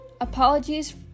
apologies